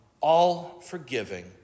all-forgiving